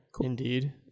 Indeed